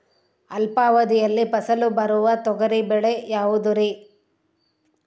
ಅಲ್ಪಾವಧಿಯಲ್ಲಿ ಫಸಲು ಬರುವ ತೊಗರಿ ತಳಿ ಯಾವುದುರಿ?